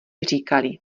říkali